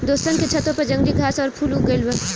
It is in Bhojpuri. दोस्तन के छतों पर जंगली घास आउर फूल उग गइल बा